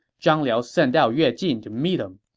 zhang liao sent out yue jin to meet him.